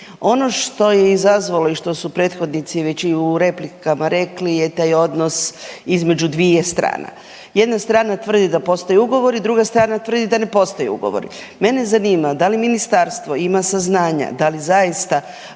Ono što je izazvalo i što su prethodnici već i u replikama rekli je taj odnos između dviju strana. Jedna strana tvrdi da postoje ugovori, druga strana tvrdi da ne postoje ugovori. Mene zanima da li ministarstvo ima saznanja da li zaista